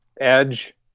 edge